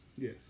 Yes